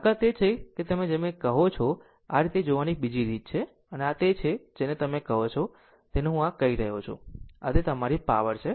આગળ તે છે કે તમે જેને કહો છો તે આ રીતે કરવાની એક બીજી રીત છે અને આ તે છે જેને તમે કહો છો તેને હું આ કહી રહ્યો છું આ તે તમારી પાવર છે